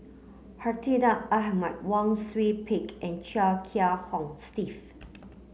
Hartinah Ahmad Wang Sui Pick and Chia Kiah Hong Steve